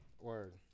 word